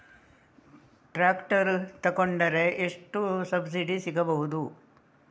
Tractor ತೊಕೊಂಡರೆ ಎಷ್ಟು subsidy ಸಿಗಬಹುದು?